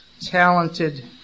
talented